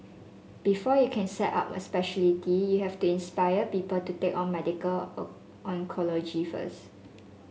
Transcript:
before you can set up a speciality you have to inspire people to take on medical oncology first